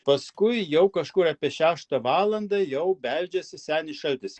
paskui jau kažkur apie šeštą valandą jau beldžiasi senis šaltis